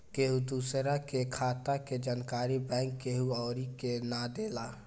केहू दूसरा के खाता के जानकारी बैंक केहू अउरी के ना देला